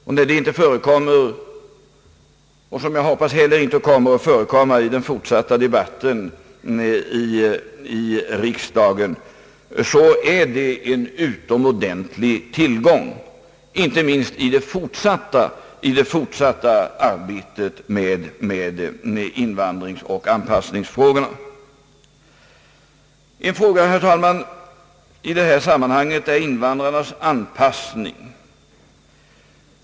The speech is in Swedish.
Att detta inte förekommer och, som jag hoppas, inte heller torde förekomma i den fortsatta debatten i riksdagen är en utomordentlig tillgång, inte minst i det fortsatta arbetet med invandringsoch anpassningsfrågorna. Ett problem, herr talman, i detta sammanhang är invandrarnas anpassning.